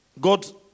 God